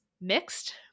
mixed